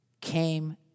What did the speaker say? came